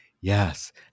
yes